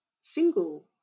single